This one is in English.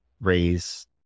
raise